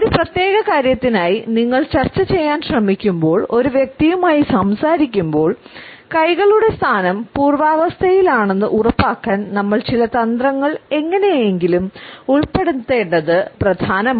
ഒരു പ്രത്യേക കാര്യത്തിനായി നിങ്ങൾ ചർച്ച ചെയ്യാൻ ശ്രമിക്കുമ്പോൾ ഒരു വ്യക്തിയുമായി സംസാരിക്കുമ്പോൾ കൈകളുടെ സ്ഥാനം പൂർവ്വാവസ്ഥയിലാണെന്ന് ഉറപ്പാക്കാൻ നമ്മൾ ചില തന്ത്രങ്ങൾ എങ്ങനെയെങ്കിലും ഉൾപ്പെടുത്തേണ്ടത് പ്രധാനമാണ്